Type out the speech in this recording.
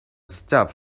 stuff